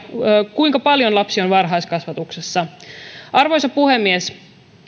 kuinka paljon lapsi on varhaiskasvatuksessa arvoisa puhemies